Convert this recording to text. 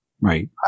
right